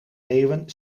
leeuwen